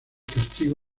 castigo